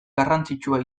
garrantzitsua